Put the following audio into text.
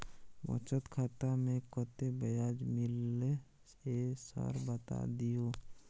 बचत खाता में कत्ते ब्याज मिलले ये सर बता दियो?